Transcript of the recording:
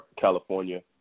California